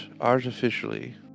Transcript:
artificially